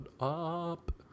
up